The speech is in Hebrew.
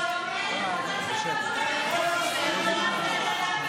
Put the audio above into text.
אנחנו נצעק רק מה שנכון.